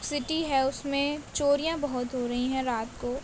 city ہے اس میں چوریاں بہت ہو رہی ہیں رات کو